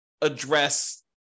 address